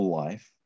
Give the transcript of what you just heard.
life